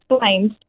explained